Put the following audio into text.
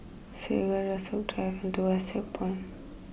Segar Rasok Drive and Tuas Checkpoint